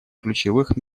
ключевых